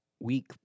week